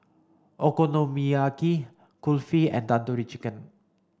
Okonomiyaki Kulfi and Tandoori Chicken